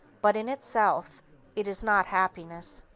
but, in itself it is not happiness.